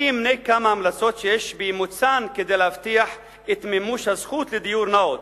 אני אמנה כמה המלצות שיש באימוצן כדי להבטיח את מימוש הזכות לדיור נאות: